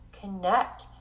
connect